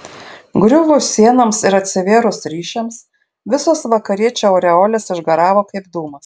griuvus sienoms ir atsivėrus ryšiams visos vakariečių aureolės išgaravo kaip dūmas